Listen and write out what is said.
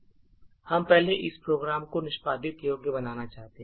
हम पहले इस प्रोग्राम को निष्पादन योग्य बनाना चाहते हैं